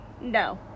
No